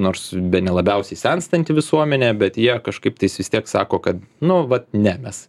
nors bene labiausiai senstanti visuomenė bet jie kažkaip vis tiek sako kad nu vat ne mes